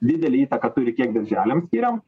didelę įtaką turi kiek derželiam skiriam